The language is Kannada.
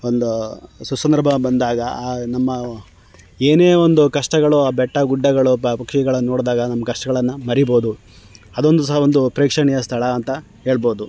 ಒಂದು ಸುಸಂದರ್ಭ ಬಂದಾಗ ನಮ್ಮ ಏನೇ ಒಂದು ಕಷ್ಟಗಳು ಆ ಬೆಟ್ಟ ಗುಡ್ಡಗಳು ಪಕ್ಷಿಗಳನ್ನ ನೋಡಿದಾಗ ನಮ್ಮ ಕಷ್ಟಗಳನ್ನು ಮರಿಬೋದು ಅದೊಂದು ಸಹ ಒಂದು ಪ್ರೇಕ್ಷಣೀಯ ಸ್ಥಳ ಅಂತ ಹೇಳ್ಬೋದು